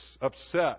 upset